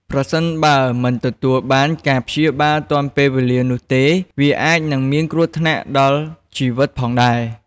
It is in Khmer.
ប្រសិនបើមិនទទួលបានការព្យាបាលទាន់ពេលវេលានោះទេ វាអាចនឹងមានគ្រោះថ្នាក់ទៅដល់ជីវិតផងដែរ។